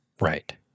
right